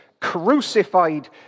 crucified